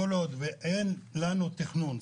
כל עוד אין לנו תכנון,